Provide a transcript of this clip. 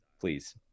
please